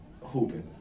hooping